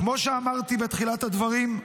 כמו שאמרתי בתחילת הדברים,